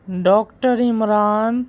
doctor Imran